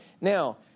Now